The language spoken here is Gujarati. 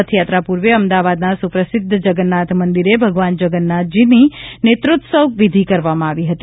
રથયાત્રા પૂર્વે અમદાવાદના સુપ્રિધ્ધ જગન્નાથ મંદિરે ભગવાન જગન્નાથજીની નેત્રોત્સવ વિધિ કરવામાં આવી હતી